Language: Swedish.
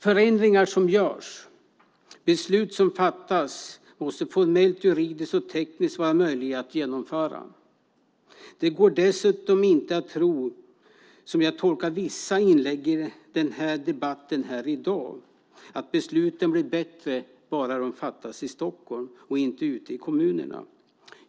Förändringar som görs och beslut som fattas måste vara formellt, juridiskt och tekniskt möjliga att genomföra. Det går dessutom inte att tro, som jag tolkar vissa inlägg i debatten i dag, att besluten blir bättre bara de fattas i Stockholm och inte ute i kommunerna.